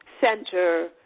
Center